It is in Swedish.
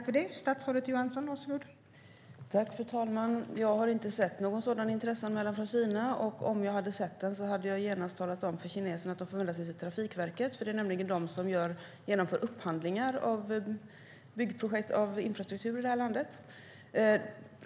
Fru talman! Jag har inte sett någon sådan intresseanmälan från Kina, och om jag hade sett den skulle jag genast ha talat om för kineserna att de får vända sig till Trafikverket, för det är nämligen Trafikverket som genomför upphandlingar av byggprojekt som gäller infrastruktur i det här landet.